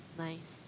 nice